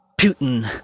Putin